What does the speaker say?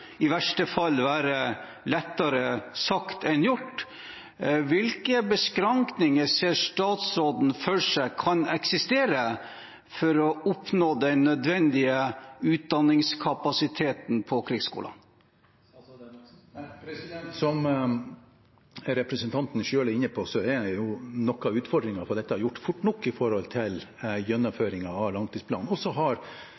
i verste fall være lettere sagt enn gjort. Hvilke beskrankninger ser statsråden for seg kan eksistere for å oppnå den nødvendige utdanningskapasiteten ved krigsskolene? Som representanten selv er inne på, er noe av utfordringen knyttet til dette gjort fort nok med tanke på gjennomføringen av langtidsplanen. Så har denne regjeringen ambisjoner som går utover langtidsplanen, med hensyn til